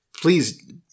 please